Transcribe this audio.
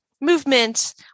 movement